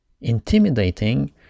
intimidating